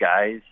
guys